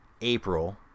April